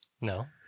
no